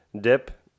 dip